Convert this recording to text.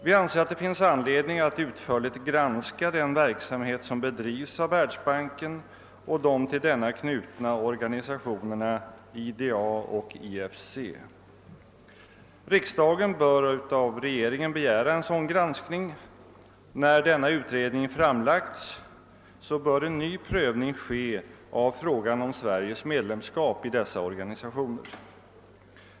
Vi anser att det finns anledning att utförligt granska den verksamhet som bedrivs av världsbanken och de till denna knutna organisationerna IDA och IFC. Riksdagen bör av regeringen begära en sådan granskning. När den utredningen framlagts bör ny prövning göras av frågan om Sveriges medlemskap i nämnda organisationer.